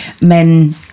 men